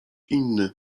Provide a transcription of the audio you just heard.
inny